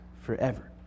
forever